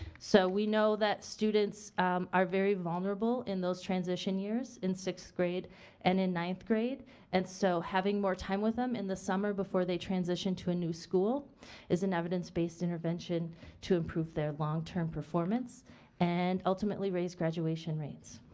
so we know that students are very vulnerable in those transition years, in sixth grade and in ninth grade and so having more time with them in the summer before they transition to a new school is an evidence based intervention to improve their long term performance and ultimately raise graduation rates.